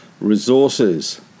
Resources